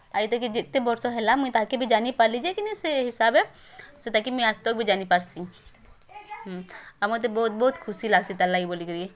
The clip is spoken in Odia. ଆଉ ତାକେ ଯେତେ ବର୍ଷ ହେଲା ମୁଇଁ ତାହାକେ ବି ଜାନିପାରଲେ ଯେ ଲେକିନ୍ ସେଇ ହିସାବେ ସେ ତାକେ ମୁଇଁ ଆଜ୍ ତକ୍ ବି ଜାନିପାରସି ଆଉ ମତେ ବହୁତ୍ ବହୁତ୍ ଖୁସି ଲାଗସି ତାର୍ ଲାଗି ବୋଲିକରି